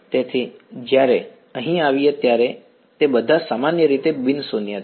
તેથી જ્યારે અહી આવીએ ત્યારે તે બધા સામાન્ય રીતે બિન શૂન્ય છે